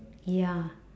ya